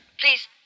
Please